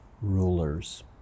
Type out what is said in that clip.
rulers